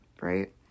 right